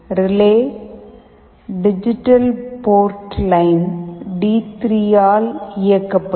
relay digital port line டி3 ஆல் இயக்கப்படும்